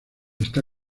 está